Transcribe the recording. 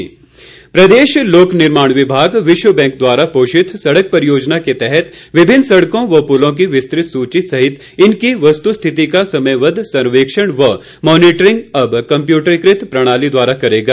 मनीषा नंदा प्रदेश लोक निर्माण विभाग विश्व बैंक द्वारा षोषित सड़क परियोजना के तहत विभिन्न सड़कों व पुलों की विस्तृत सुची सहित इनकी वस्तु स्थिति का समयवद्व सर्वेक्षण व मॉनीटरिंग अब कंप्यूट्रीकृत प्रणाली द्वारा करेगा